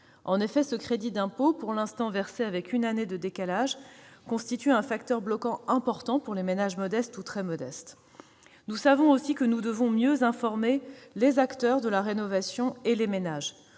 En effet, ce crédit d'impôt, versé pour l'instant avec une année de décalage, constitue un facteur bloquant important pour les ménages modestes ou très modestes. Nous savons aussi que nous devons mieux informer les acteurs de la rénovation et les ménages.